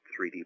3D